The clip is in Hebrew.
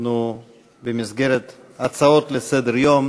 במסגרת הצעות לסדר-היום,